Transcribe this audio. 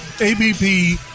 ABP